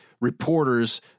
reporters